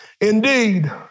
Indeed